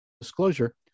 disclosure